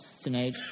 tonight